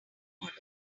models